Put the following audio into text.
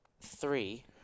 three